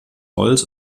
holz